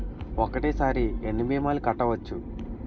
ఒక్కటేసరి ఎన్ని భీమాలు కట్టవచ్చు?